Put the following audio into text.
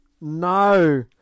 no